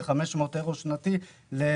כולל מענק מיוחד של 500 אירו שנתיים לדמנטיים.